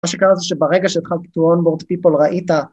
מה שקרה זה שברגע שהתחלתי ל-onboard people ראית...